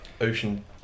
ocean